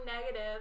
negative